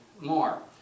more